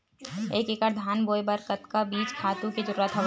एक एकड़ धान बोय बर कतका बीज खातु के जरूरत हवय?